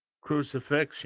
crucifixion